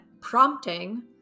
prompting